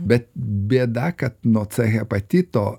bet bėda kad nuo hepatito